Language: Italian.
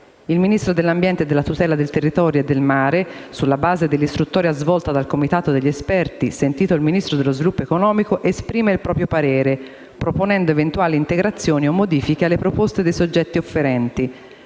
il Ministro dell'ambiente e della tutela del territorio e del mare, sulla base dell'istruttoria svolta dal comitato degli esperti, sentito il Ministro dello sviluppo economico, esprime il proprio parere, proponendo eventuali integrazioni o modifiche alle proposte dei soggetti offerenti».